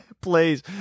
Please